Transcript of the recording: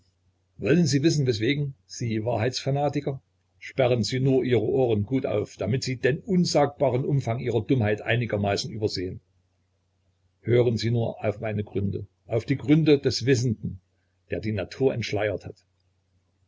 wollen sie wissen weswegen sie wahrheitsfanatiker sperren sie nur ihre ohren gut auf damit sie den unsagbaren umfang ihrer dummheit einigermaßen übersehen hören sie nur auf meine gründe auf die gründe des wissenden der die natur entschleiert hat